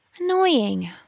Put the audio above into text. Annoying